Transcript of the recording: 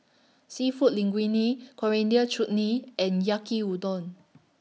Seafood Linguine Coriander Chutney and Yaki Udon